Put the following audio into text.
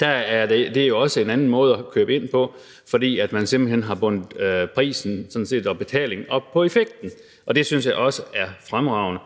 Det er jo også en anden måde at købe ind på, fordi man simpelt hen har bundet prisen og betalingen op på effekten. Jeg synes, det er fremragende,